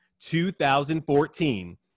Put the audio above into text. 2014